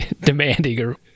demanding